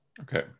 Okay